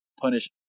punish